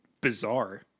bizarre